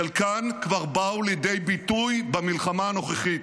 חלקן כבר באו לידי ביטוי במלחמה הנוכחית.